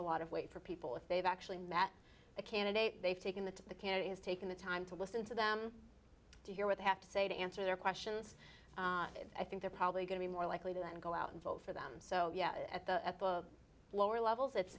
a lot of weight for people if they've actually met a candidate they've taken the to the candidate has taken the time to listen to them to hear what they have to say to answer their questions i think they're probably going to be more likely to then go out and vote for them so yeah at the lower levels it's